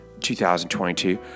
2022